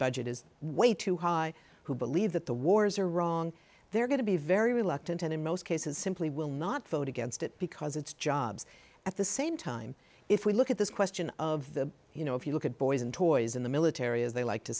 budget is way too high who believe that the wars are wrong they're going to be very reluctant and in most cases simply will not vote against it because it's jobs at the same time if we look at this question of the you know if you look at boys and toys in the military as they like to